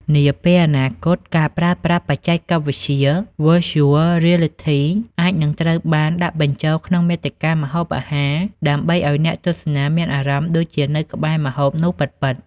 នាពេលអនាគត ការប្រើប្រាស់បច្ចេកវិទ្យា Virtual Reality អាចនឹងត្រូវបានដាក់បញ្ចូលក្នុងមាតិកាម្ហូបអាហារ ដើម្បីឱ្យអ្នកទស្សនាមានអារម្មណ៍ដូចជានៅក្បែរម្ហូបនោះពិតៗ។